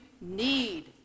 need